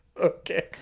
Okay